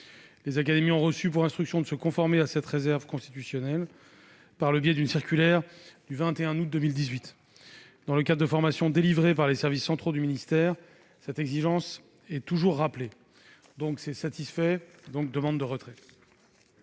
Les académies ont reçu pour instruction de se conformer à cette réserve constitutionnelle par le biais d'une circulaire du 21 août 2018. Dans le cadre des formations délivrées par les services centraux du ministère, cette exigence est toujours rappelée. L'amendement étant satisfait, j'en demande le retrait.